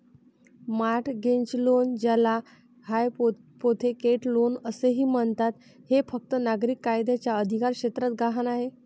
mortgage loan, ज्याला hypothecate loan असेही म्हणतात, हे फक्त नागरी कायद्याच्या अधिकारक्षेत्रात गहाण आहे